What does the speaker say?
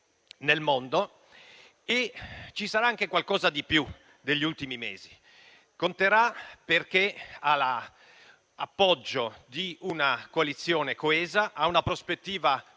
Ci sarà poi anche qualcosa di più degli ultimi mesi: conterà perché ha l'appoggio di una coalizione coesa, ha una prospettiva di